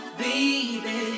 baby